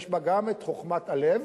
יש בה גם חוכמת הלב